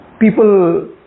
People